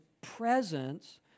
presence